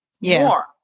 more